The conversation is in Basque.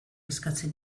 eskatzen